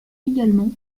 également